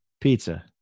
Pizza